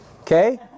Okay